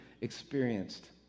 experienced